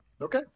Okay